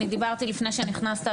אני דיברתי לפני שנכנסת,